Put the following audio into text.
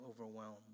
overwhelmed